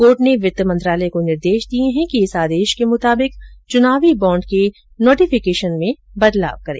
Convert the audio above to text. court ने वित्त मंत्रालय को निर्देश दिये हैं कि इस आदेश के मुताबिक चुनावी बॉड के नोटिफिकेशन में बदलाव करें